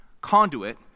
conduit